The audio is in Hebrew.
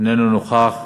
אינו נוכח.